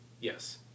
Yes